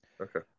Okay